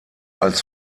als